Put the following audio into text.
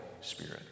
Spirit